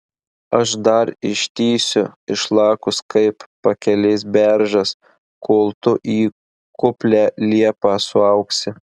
aš dar ištįsiu išlakus kaip pakelės beržas kol tu į kuplią liepą suaugsi